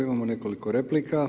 Imamo nekoliko replika.